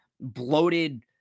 bloated